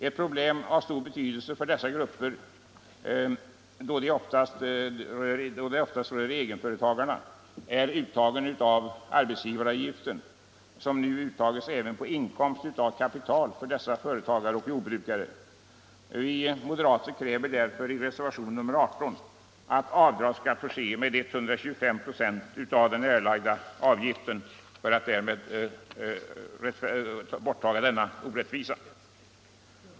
Ett problem av stor betydelse för dessa grupper — det rör sig oftast om egenföretagare — är uttagandet av arbetsgivaravgiften, som nu tas ut även på inkomst av kapital för dessa företagare och jordbrukare. Vi moderater kräver därför i reservationen 18 att avdrag skall få göras med 125 96 av den erlagda avgiften för att därmed eliminera denna orättvisa.